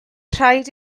rhaid